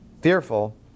Fearful